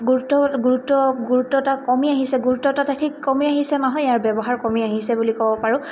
গুৰুত্ব গুৰুত্ব গুৰুত্বতা কমি আহিছে গুৰুত্বতা এ ঠিক কমি আহিছে নহয় ইয়াৰ ব্যৱহাৰ কমি আহিছে বুলি ক'ব পাৰোঁ